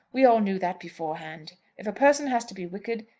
we all knew that beforehand. if a person has to be wicked,